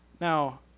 Now